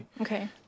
Okay